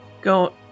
go